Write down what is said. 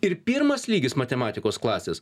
ir pirmas lygis matematikos klasės